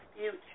future